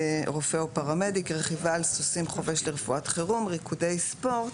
+ רכיבה על סוסים + ריקודי ספורט